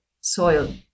soil